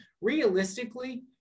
realistically